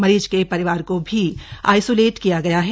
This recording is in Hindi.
मरीज के परिवार को भी आइसोलेट किया गया है